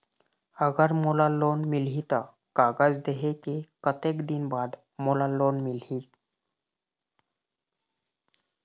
अगर मोला लोन मिलही त कागज देहे के कतेक दिन बाद मोला लोन मिलही?